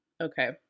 Okay